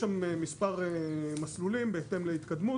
יש שם מספר מסלולים בהתאם להתקדמות.